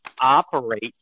operate